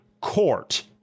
court